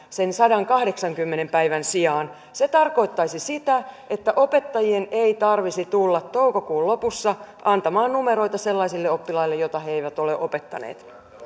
sen sadankahdeksankymmenen päivän sijaan se tarkoittaisi sitä että opettajien ei tarvitsisi tulla toukokuun lopussa antamaan numeroita sellaisille oppilaille joita eivät ole opettaneet